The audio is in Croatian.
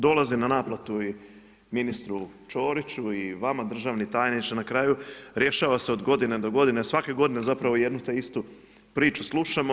Dolazi na naplatu i ministru Ćoriću i vama državni tajniče, na kraju rješava se od godine do godine, svake godine zapravo jednu te istu priču slušamo.